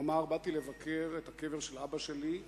הוא אמר: באתי לבקר את הקבר של אבא שלי,